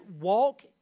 walk